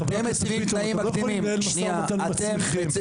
אתם לא יכולים לנהל משא ומתן עם עצמכם.